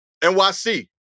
NYC